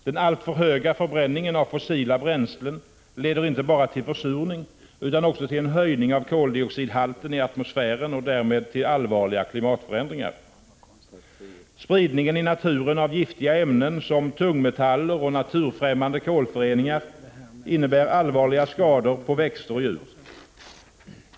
Den alltför höga förbränningen av fossila bränslen leder inte bara till försurning utan också till höjning av koldioxidhalten i atmosfären och därmed till allvarliga klimatförändringar. Spridningen i naturen av giftiga ämnen som tungmetaller och naturfrämmande kolföreningar innebär allvarliga skador på växter och djur.